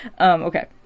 okay